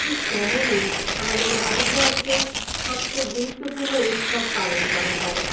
ঠিক তেমনি আমাদের ভারতবর্ষে সবচেয়ে গুরুত্বপূর্ণ উৎসব পালন করা হয়